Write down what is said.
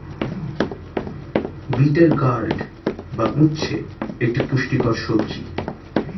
bitter gourd বা উচ্ছে একটি পুষ্টিকর সবজি